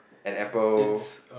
an Apple